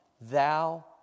Thou